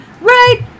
right